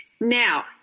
Now